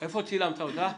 איפה צילמת אותה?